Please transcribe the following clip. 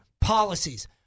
policies